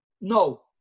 No